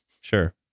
Sure